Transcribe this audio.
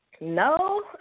No